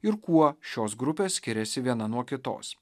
ir kuo šios grupės skiriasi viena nuo kitos